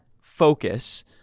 focus